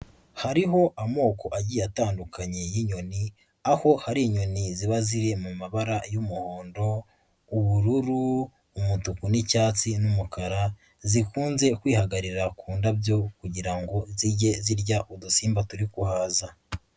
Hariho amoko agiye atandukanye y'inyoni, aho hari inyoni ziba ziri mu mabara y'umuhondo, ubururu, umutuku n'icyatsi n'umukara, zikunze kwihagararira ku ndabyo kugira ngo zijye zirya udusimba turi guhaza.